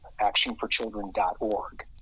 actionforchildren.org